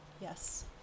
Yes